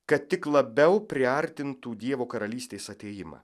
kad tik labiau priartintų dievo karalystės atėjimą